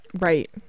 Right